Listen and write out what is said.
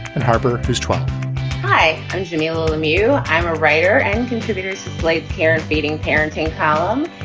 and harper, who's twelve hi, i'm jenny lemieux. i'm a writer and contributor to play parent beating parenting column.